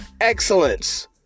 Excellence